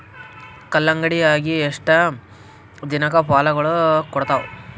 ಕಲ್ಲಂಗಡಿ ಅಗಿ ಎಷ್ಟ ದಿನಕ ಫಲಾಗೋಳ ಕೊಡತಾವ?